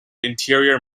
interior